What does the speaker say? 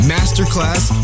Masterclass